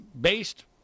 based